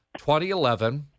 2011